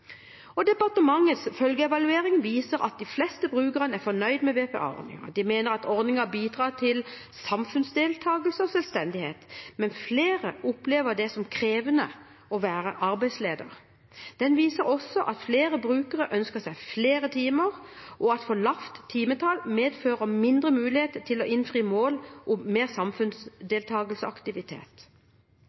Departementets følgeevaluering viser at de fleste brukerne er fornøyd med BPA-ordningen. De mener at ordningen bidrar til samfunnsdeltakelse og selvstendighet, men flere opplever det som krevende å være arbeidsleder. Den viser også at flere brukere ønsker seg flere timer, og at for lavt timetall medfører mindre mulighet til å innfri mål om mer samfunnsdeltakelse og